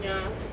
ya